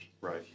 right